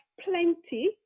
plenty